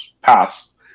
passed